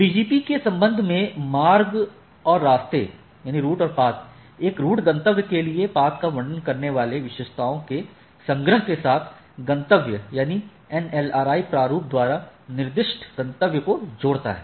BGP के संबंध में मार्ग रूट और रास्ते पाथ एक रूट गंतव्य के लिए पथ का वर्णन करने वाले विशेषताओं के संग्रह के साथ एक गंतव्य NLRI प्रारूप द्वारा निर्दिष्ट गंतव्य को जोड़ता है